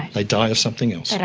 they die of something else.